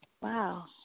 Wow